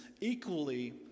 equally